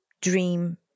dream